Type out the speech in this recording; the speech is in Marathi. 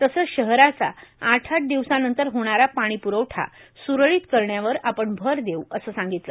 तसंच शहराचा आठ आठ दिवसानंतर होणारा पाणी प्रवठा स्रळीत करण्यावर आपण भर देऊ असं सांगितलं